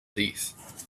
thief